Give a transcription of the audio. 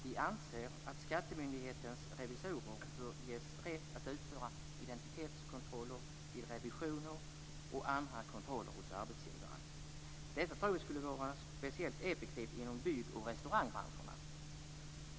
Vi anser att skattemyndighetens revisorer bör ges rätt att utföra identitetskontroller vid revisioner och andra kontroller hos arbetsgivare. Detta tror vi skulle vara speciellt effektivt inom byggoch restaurangbranscherna.